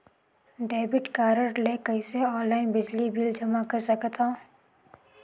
Debit card ले कइसे online बिजली बिल जमा कर सकथव?